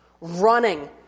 Running